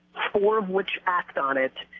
four of which act on it.